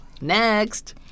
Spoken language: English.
Next